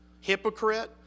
Hypocrite